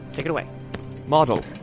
take it away model.